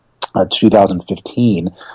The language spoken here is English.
2015